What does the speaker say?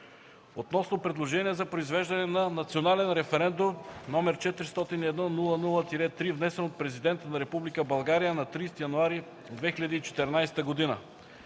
относно предложение за произвеждане на национален референдум, № 401-00-3, внесено от президента на Република България на 30 януари 2014 г.